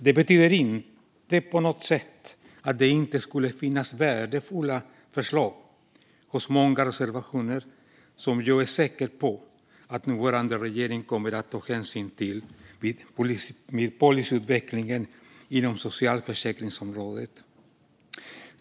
Det betyder på inget sätt att det inte skulle finnas värdefulla förslag i många reservationer, som jag är säker på att nuvarande regering kommer att ta hänsyn till vid policyutvecklingen inom socialförsäkringsområdet.